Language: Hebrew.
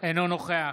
אינו נוכח